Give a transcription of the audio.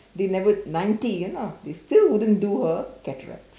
they never ninety you know they still wouldn't do her cataract